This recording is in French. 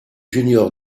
junior